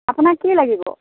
আপোনাক কি লাগিব